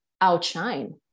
outshine